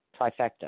trifecta